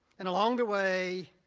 and along the way,